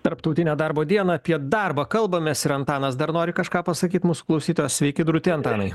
tarptautinę darbo dieną apie darbą kalbamės ir antanas dar nori kažką pasakyt mūsų klausytojas sveiki drūti antanai